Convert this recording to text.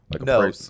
No